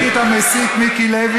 אני מבקש להוציא את המסית מיקי לוי,